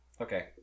Okay